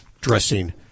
dressing